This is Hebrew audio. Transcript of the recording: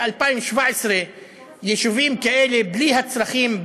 ב-2017 יישובים כאלה בלי הצרכים,